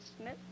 Smith